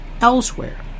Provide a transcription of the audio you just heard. elsewhere